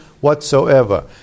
whatsoever